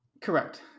Correct